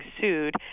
sued